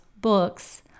books